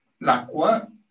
l'acqua